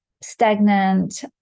stagnant